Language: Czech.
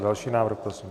Další návrh, prosím.